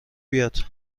بیاد